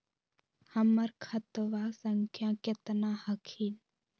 हमर खतवा संख्या केतना हखिन?